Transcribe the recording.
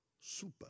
Super